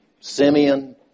Simeon